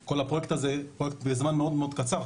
כל הפרויקט הזה הוא פרויקט בזמן מאוד קצר,